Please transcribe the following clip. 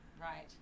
Right